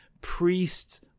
priests